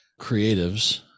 creatives